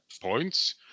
points